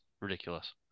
ridiculous